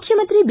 ಮುಖ್ಯಮಂತ್ರಿ ಬಿ